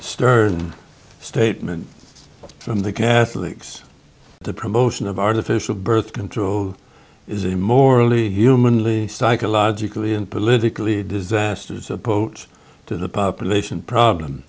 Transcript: stir statement from the catholics the promotion of artificial birth control is a morally humanly psychologically and politically disastrous approach to the population problem